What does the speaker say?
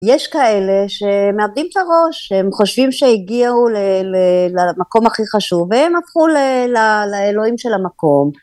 יש כאלה שמאבדים את הראש, הם חושבים שהגיעו למקום הכי חשוב, והם הפכו לאלוהים של המקום.